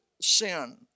sin